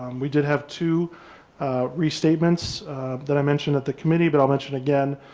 um we did have two restatements that i mentioned that the committee but i'll mentioned again,